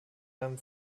einem